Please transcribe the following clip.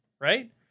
right